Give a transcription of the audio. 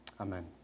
Amen